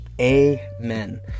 Amen